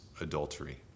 adultery